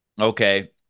okay